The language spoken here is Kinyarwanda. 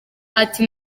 ati